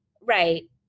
right